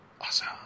Awesome